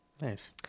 nice